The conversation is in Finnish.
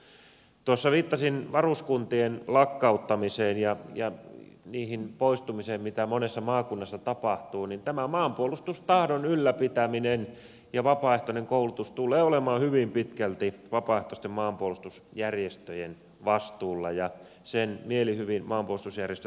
kun tuossa viittasin varuskuntien lakkauttamiseen ja niihin poistumisiin mitä monessa maakunnassa tapahtuu niin tämä maanpuolustustahdon ylläpitäminen ja vapaaehtoinen koulutus tulee olemaan hyvin pitkälti vapaaehtoisten maanpuolustusjärjestöjen vastuulla ja sen mielihyvin maanpuolustusjärjestöt myös kantavat